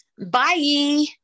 Bye